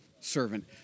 servant